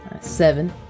Seven